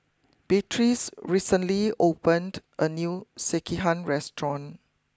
Beatriz recently opened a new Sekihan restaurant